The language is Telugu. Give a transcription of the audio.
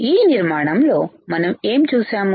ఈ నిర్మాణంలో మనం ఏం చూసాము